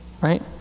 right